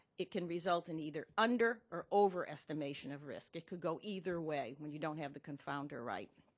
it can result in either under or overestimation of risk it could go either way when you don't have the confounder right.